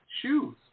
shoes